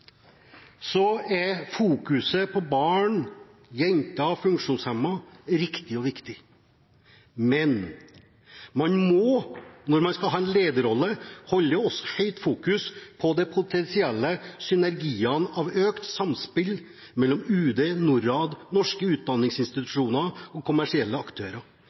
er fokuseringen på barn, jenter, og på funksjonshemmede riktig og viktig, men man må, når man skal ha en lederrolle, ha mye fokusering på de potensielle synergiene av økt samspill mellom UD, Norad, norske utdanningsinstitusjoner og kommersielle aktører.